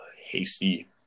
Hasty